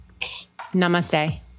Namaste